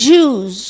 Jews